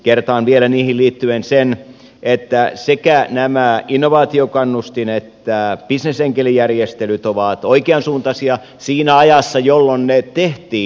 kertaan vielä niihin liittyen sen että sekä innovaatiokannustin että bisnesenkelijärjestelyt ovat oikeansuuntaisia siinä ajassa jolloin ne tehtiin